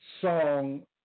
song